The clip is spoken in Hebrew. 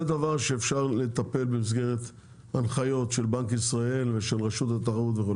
זה דבר שאפשר לטפל במסגרת הנחיות של בנק ישראל ורשות התחרות וכו'.